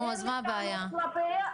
אין לי טענות כלפיה.